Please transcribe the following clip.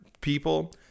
people